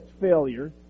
failure